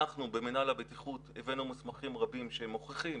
אנחנו במינהל הבטיחות הבאנו מסמכים רבים שמוכיחים